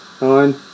Nine